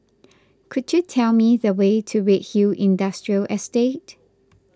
could you tell me the way to Redhill Industrial Estate